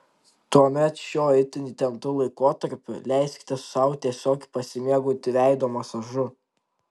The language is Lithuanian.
tuomet šiuo itin įtemptu laikotarpiu leiskite sau tiesiog pasimėgauti veido masažu